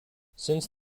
since